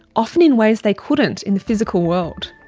often in ways they couldn't in the physical world.